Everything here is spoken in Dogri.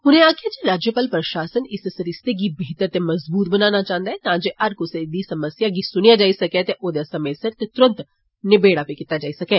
उनें आक्खेआ जे राज्यपाल प्रषासन इस सरीस्ते गी बेहतर ते मज़बूत बनाना चाहन्दा ऐ तां जे हर कुसै दी समस्या गी सुनेआ जाई सकै ते ओदा समें सिर ते तुरत नबेड़ा कीता जाई सकै